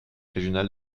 régionales